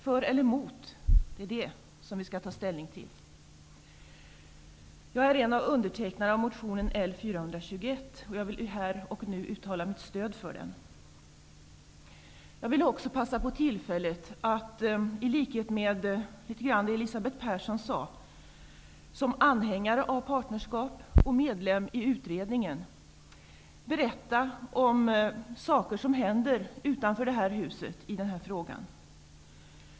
Vi skall ta ställning till om vi är för eller emot registrerat partnerskap. Jag är en av undertecknarna av motionen L421. Jag vill här och nu uttala mitt stöd för den. Jag vill också passa på tillfället att som anhängare av partnerskap och medlem av utredningen i likhet med Elisabeth Persson berätta om saker som händer utanför detta hus i frågan.